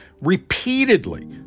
repeatedly